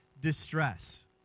distress